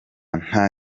nta